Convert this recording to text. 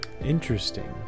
interesting